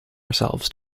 ourselves